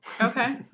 Okay